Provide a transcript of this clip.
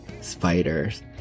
spiders